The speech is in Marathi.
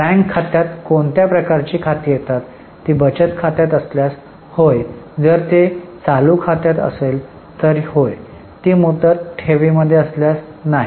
बँक खात्यात कोणत्या प्रकारची खाती आहेत ती बचत खात्यात असल्यास होय जर ते चालू खात्यात असेल तर होय ती मुदत ठेवीमध्ये असल्यास नाही